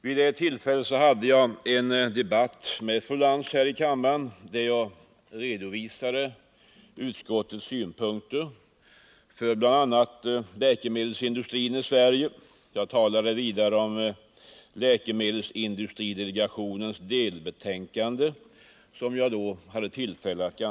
Vid det tillfället hade jag här i kammaren en debatt med fru Lantz, varvid jag redovisade utskottets synpunkter på bl.a. läkemedelsindustrin i Sverige. Jag kommenterade vidare ganska ingående läkemedelsindustridelegationens delbetänkande.